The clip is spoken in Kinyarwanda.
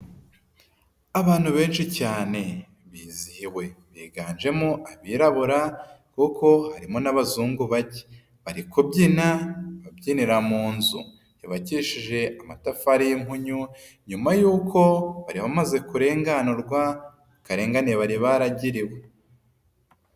Abantu benshi cyane bizihiwe biganjemo abirabura kuko harimo n'abazungu bake, bari kubyina babyinira mu nzu yubakishije amatafari y'impunyu nyuma y'uko bari bamaze kurenganurwa karengane bari baragiriwe.